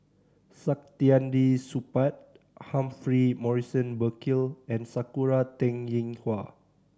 Saktiandi Supaat Humphrey Morrison Burkill and Sakura Teng Ying Hua